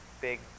big